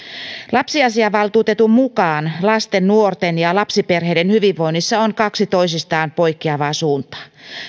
lapsiasiavaltuutetun mukaan lasten nuorten ja lapsiperheiden hyvinvoinnissa on kaksi toisistaan poikkeavaa suuntaa